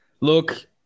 Look